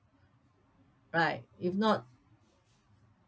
right if not